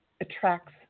attracts